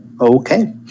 okay